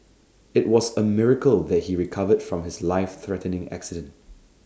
IT was A miracle that he recovered from his life threatening accident